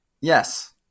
Yes